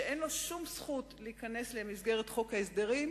שאין לו שום זכות להיכנס למסגרת חוק ההסדרים,